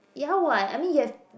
ya what I mean you have